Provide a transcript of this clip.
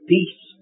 Peace